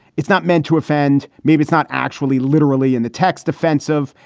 it's not meant to offend. maybe it's not actually literally in the text offensive.